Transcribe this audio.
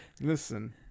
listen